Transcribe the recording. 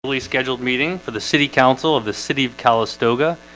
fully scheduled meeting for the city council of the city of calistoga.